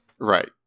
Right